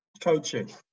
coaching